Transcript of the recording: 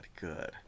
good